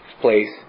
place